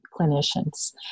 clinicians